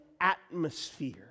atmosphere